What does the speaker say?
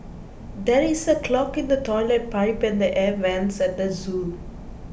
there is a clog in the Toilet Pipe and the Air Vents at the zoo